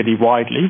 widely